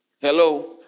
Hello